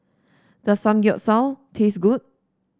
does Samgeyopsal taste good